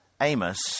Amos